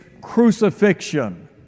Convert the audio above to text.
crucifixion